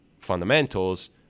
fundamentals